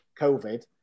COVID